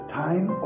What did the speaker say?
time